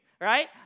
right